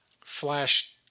Flash